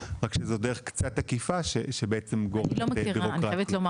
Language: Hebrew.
רק שזו דרך קצת עקיפה --- אני חייבת לומר